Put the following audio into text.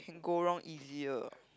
go wrong easier